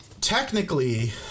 technically